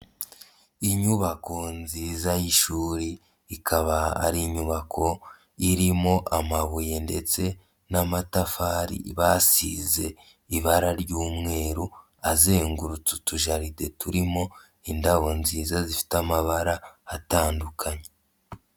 Inyubako nziza y'ishuri ikaba ari inyubako irimo amabuye ndetse n'amatafari basize ibara ry'umweru, azengurutse utujaride turimo indabo nziza zifite amabara atandukanye.